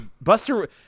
Buster